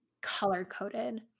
color-coded